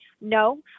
No